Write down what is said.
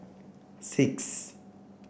six